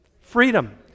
Freedom